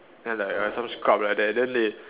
then I'm like err some scrub like that then they